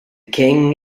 king